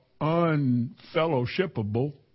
unfellowshipable